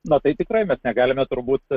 na tai tikrai mes negalime turbūt